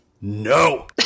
no